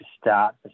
start